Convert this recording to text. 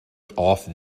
off